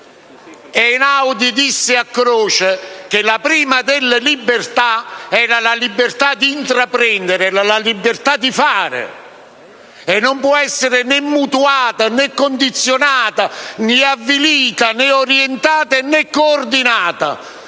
disse a Croce che la prima delle libertà era quella di intraprendere, la libertà di fare; questa non può essere mutuata né condizionata né avvilita né orientata né coordinata